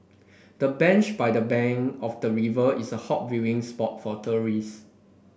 the bench by the bank of the river is a hot viewing spot for tourists